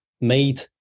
made